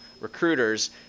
recruiters